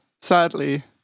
sadly